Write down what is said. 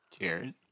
Cheers